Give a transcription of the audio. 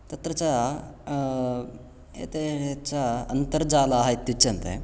तत्र च एते च अन्तर्जालाः इत्युच्यन्ते